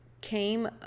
came